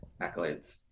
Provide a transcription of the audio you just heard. accolades